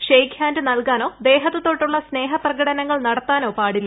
shake hand നൽകാനോ ദേഹത്ത് തൊട്ടുള്ള സ്നേഹപ്രകടനങ്ങൾ നടത്താനോ പാടില്ല